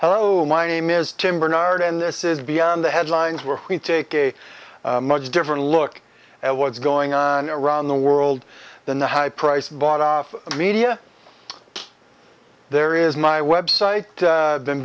hello my name is tim bernard and this is beyond the headlines where when you take a much different look at what's going on around the world than the high price bought off media there is my website been